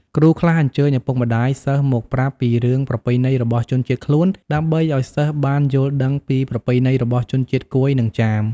គ្រូខ្លះអញ្ជើញឪពុកម្ដាយសិស្សមកប្រាប់ពីរឿងប្រពៃណីរបស់ជនជាតិខ្លួន ដើម្បីឱ្យសិស្សបានយល់ដឹងពីប្រពៃណីរបស់ជនជាតិកួយ និងចាម។